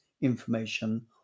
information